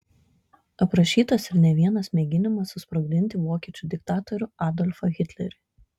aprašytas ir ne vienas mėginimas susprogdinti vokiečių diktatorių adolfą hitlerį